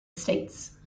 states